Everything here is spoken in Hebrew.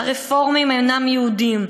הרפורמים אינם יהודים,